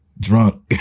drunk